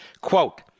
Quote